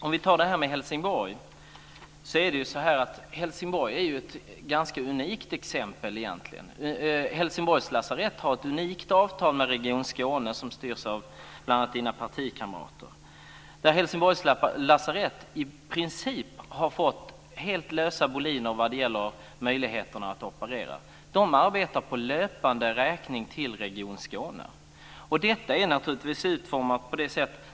Fru talman! Vi kan ta exemplet Helsingborg. Det är ett unikt exempel. Helsingborgs lasarett har ett unikt avtal med Region Skåne, som styrs av bl.a. Leif Carlsons partikamrater, där Helsingborgs lasarett har fått i princip helt lösa boliner när det gäller möjligheterna att operera. De arbetar på löpande räkning för Region Skåne. Det är utformat så.